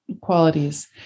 qualities